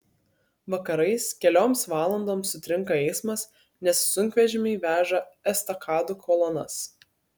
vakarais kelioms valandoms sutrinka eismas nes sunkvežimiai veža estakadų kolonas